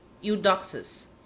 Eudoxus